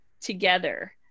together